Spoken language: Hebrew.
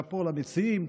שאפו למציעים.